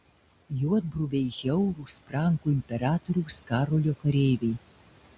juodbruviai žiaurūs frankų imperatoriaus karolio kareiviai